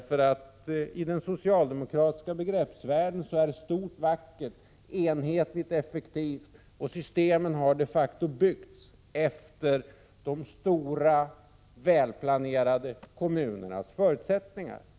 För i den socialdemokratiska begreppsvärlden är stort vackert, enhetligt är effektivt, och systemet har de facto byggts efter de stora välplanerade kommunernas förutsättningar.